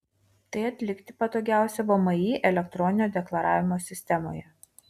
tai atlikti patogiausia vmi elektroninio deklaravimo sistemoje